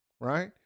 right